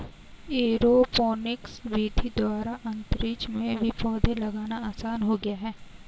aeroponics विधि द्वारा अंतरिक्ष में भी पौधे लगाना आसान हो गया है